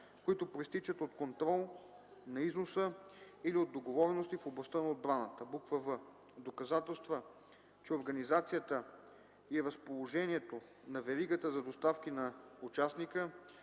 които произтичат от контрол на износа или от договорености в областта на отбраната; в) доказателства, че организацията и разположението на веригата за доставки на участника